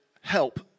help